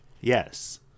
Yes